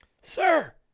Sir